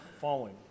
falling